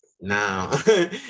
Now